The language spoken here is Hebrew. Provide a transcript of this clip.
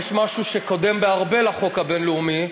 יש משהו שקודם בהרבה לחוק הבין-לאומי,